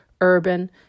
urban